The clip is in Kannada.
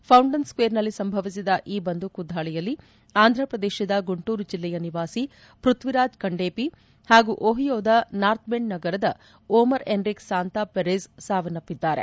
ಫೌಂಟನ್ ಸ್ನೇರ್ನಲ್ಲಿ ಸಂಭವಿಸಿದ ಈ ಬಂದೂಕು ದಾಳಿಯಲ್ಲಿ ಆಂಧ್ರಪ್ರದೇಶದ ಗುಂಟೂರು ಜಿಲ್ಲೆಯ ನಿವಾಸಿ ಪ್ಪಥ್ಲಿರಾಜ್ ಕಂಡೇಪಿ ಹಾಗೂ ಓಹಿಯೋದ ನಾರ್ಥ್ ಬೆಂಡ್ ನಗರದ ಓಮರ್ ಎನ್ರಿಕ್ ಸಾಂತಾ ಪೆರೇಜ಼್ ಸಾವನ್ನಪ್ಪಿದ್ದಾರೆ